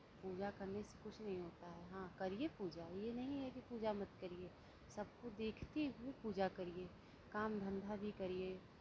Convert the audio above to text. पूजा करने से कुछ नहीं होता है हाँ करिये पूजा ये नहीं है कि पूजा मत करिये सब को देखते हुए पूजा करिये काम धंधा भी करिये